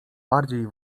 bardziej